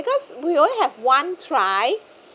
because we only have one try